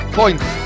points